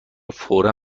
فورا